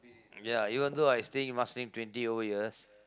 ya even though I staying in Marsiling twenty over years